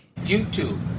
YouTube